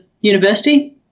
university